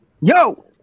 Yo